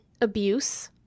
Abuse